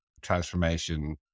transformation